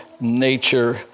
nature